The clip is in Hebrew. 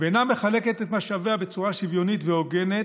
ואינה מחלקת את משאביה בצורה שוויונית והוגנת,